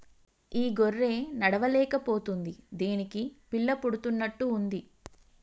ఈ గొర్రె నడవలేక పోతుంది దీనికి పిల్ల పుడుతున్నట్టు ఉంది